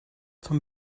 von